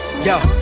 Yo